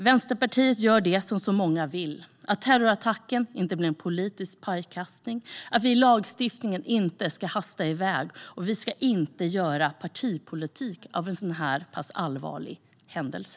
Vänsterpartiet gör som så många vill: Vi ser till att terrorattacken inte blir en politisk pajkastning, att vi i lagstiftningen inte hastar iväg och att vi inte gör partipolitik av en så pass allvarlig händelse.